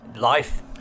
Life